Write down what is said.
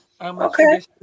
Okay